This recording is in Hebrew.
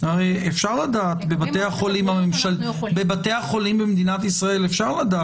הרי אפשר לדעת בבתי החולים במדינת ישראל,